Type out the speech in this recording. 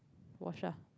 wash ah